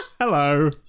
Hello